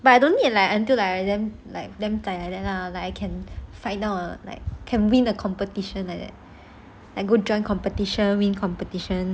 but I don't need like until the damn like I damn zai lah like I can fight down a like can win the competition like that and go competition win competition